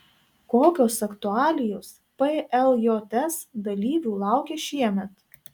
kokios aktualijos pljs dalyvių laukia šiemet